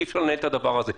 אי-אפשר לנהל את הדבר הזה.